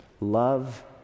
Love